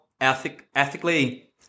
ethically